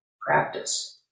practice